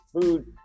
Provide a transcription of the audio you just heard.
food